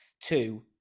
Two